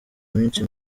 minsi